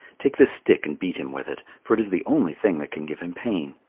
take this stick and beat him with it, for it is the only thing that can give him pain.